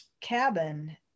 cabin